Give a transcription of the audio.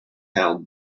held